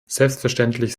selbstverständlich